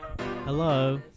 Hello